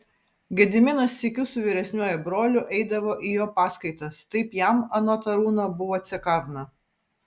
gediminas sykiu su vyresniuoju broliu eidavo į jo paskaitas taip jam anot arūno buvo cekavna